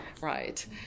right